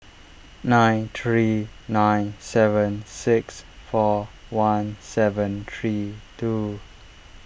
nine three nine seven six four one seven three two